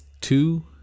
two